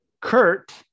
Kurt